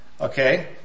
Okay